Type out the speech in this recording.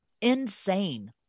Insane